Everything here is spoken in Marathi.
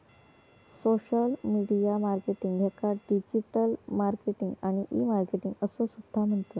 सोशल मीडिया मार्केटिंग याका डिजिटल मार्केटिंग आणि ई मार्केटिंग असो सुद्धा म्हणतत